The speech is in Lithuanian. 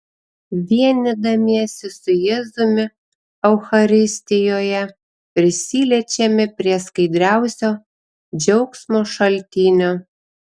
vienydamiesi su jėzumi eucharistijoje prisiliečiame prie skaidriausio džiaugsmo šaltinio